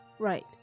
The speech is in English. Right